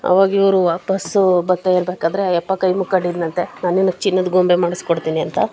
ಅವಾಗ ಇವರು ವಾಪಸ್ಸು ಬರ್ತಾ ಇರಬೇಕಾದ್ರೆ ಆ ಅಪ್ಪ ಕೈ ಮುಗ್ಕೊಂಡಿದ್ನಂತೆ ನಾನು ನಿನಗೆ ಚಿನ್ನದ ಗೊಂಬೆ ಮಾಡಿಸ್ಕೊಡ್ತೀನಿ ಅಂತ